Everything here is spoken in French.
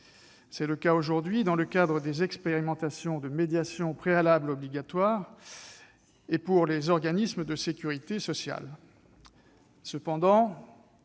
C'est le cas aujourd'hui dans le cadre des expérimentations de « médiation préalable obligatoire » et pour les organismes de sécurité sociale.